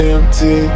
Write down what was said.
Empty